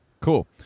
Cool